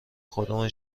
خودمان